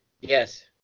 yes